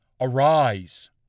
Arise